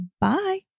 Bye